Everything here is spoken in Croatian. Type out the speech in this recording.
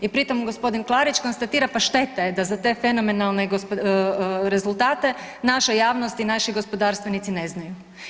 I pri tom g. Klarić konstatira pa šteta je da za te fenomenalne rezultate naša javnost i naši gospodarstvenici ne znaju.